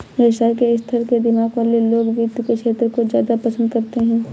व्यवसाय के स्तर के दिमाग वाले लोग वित्त के क्षेत्र को ज्यादा पसन्द करते हैं